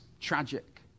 tragic